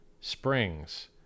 springs